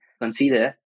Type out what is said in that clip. consider